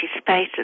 spaces